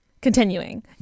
Continuing